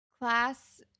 class